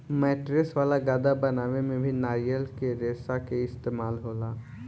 mattress वाला गद्दा बनावे में भी नारियल के रेशा के इस्तेमाल होला